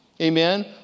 Amen